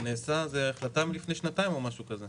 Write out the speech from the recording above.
זאת החלטה מלפני שנתיים או משהו כזה.